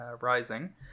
Rising